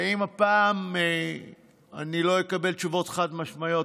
ואם הפעם אני לא אקבל תשובות חד-משמעיות,